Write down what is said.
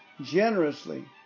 generously